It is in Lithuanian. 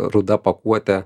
ruda pakuotė